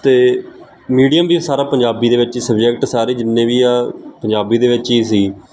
ਅਤੇ ਮੀਡੀਅਮ ਵੀ ਸਾਰਾ ਪੰਜਾਬੀ ਦੇ ਵਿੱਚ ਸਬਜੈਕਟ ਸਾਰੇ ਜਿੰਨੇ ਵੀ ਆ ਪੰਜਾਬੀ ਦੇ ਵਿੱਚ ਹੀ ਸੀ